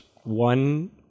one